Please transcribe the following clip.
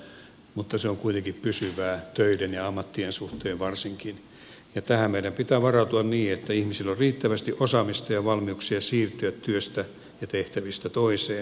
se muuttaa muotoaan mutta se on kuitenkin pysyvää töiden ja ammattien suhteen varsinkin ja tähän meidän pitää varautua niin että ihmisillä on riittävästi osaamista ja valmiuksia siirtyä työstä ja tehtävistä toiseen